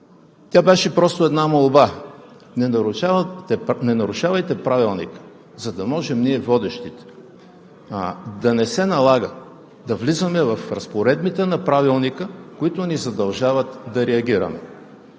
Тя беше просто една молба: не нарушавайте Правилника, за да можем ние водещите да не се налага да влизаме в разпоредбите на Правилника, които ни задължават да реагираме.